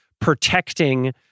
protecting